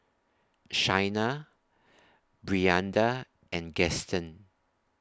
Shaina Brianda and Gaston